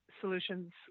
solutions